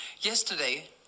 Yesterday